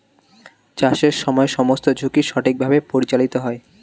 চাষের সময় সমস্ত ঝুঁকি সঠিকভাবে পরিচালিত হয়